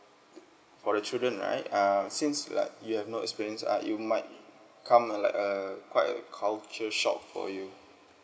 for the children right err since like you have no experience uh you might kind a like a quite a culture shock for you